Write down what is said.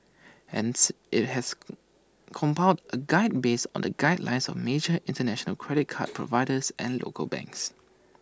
hence IT has come compiled A guide based on the guidelines of major International credit card providers and local banks